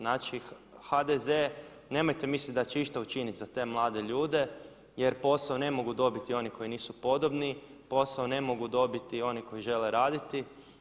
Znači, HDZ nemojte mislit da će išta učinit za te mlade ljude jer posao ne mogu dobiti oni koji nisu podobni, posao ne mogu dobiti oni koji žele raditi.